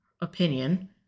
opinion